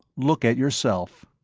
look at yourself.